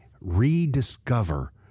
rediscover